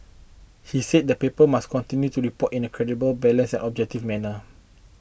he said the paper must continue to report in a credible balanced and objective manner